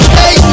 hey